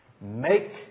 make